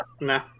Nah